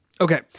Okay